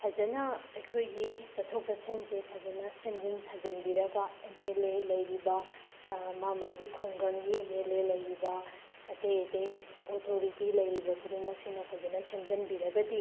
ꯐꯖꯅ ꯑꯩꯈꯣꯏꯒꯤ ꯆꯠꯊꯣꯛ ꯆꯠꯁꯤꯟꯁꯦ ꯐꯖꯅ ꯁꯦꯝꯖꯤꯟ ꯁꯥꯖꯤꯟꯕꯤꯔꯒ ꯑꯦꯝ ꯑꯦꯜ ꯑꯦ ꯂꯩꯔꯤꯕ ꯃꯥꯒꯤ ꯃꯥꯒꯤ ꯈꯨꯡꯒꯪꯒꯤ ꯑꯦꯝ ꯑꯦꯜ ꯑꯦ ꯂꯩꯔꯤꯕ ꯑꯇꯩ ꯑꯇꯩ ꯑꯣꯊꯣꯔꯤꯇꯤ ꯂꯩꯔꯤꯕ ꯈꯨꯗꯤꯡꯃꯛꯁꯤꯅ ꯐꯖꯅ ꯁꯦꯝꯖꯤꯟꯕꯤꯔꯒꯗꯤ